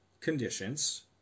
conditions